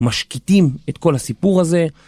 משקיטים את כל הסיפור הזה.